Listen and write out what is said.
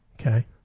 Okay